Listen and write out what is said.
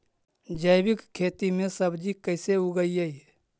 जैविक खेती में सब्जी कैसे उगइअई?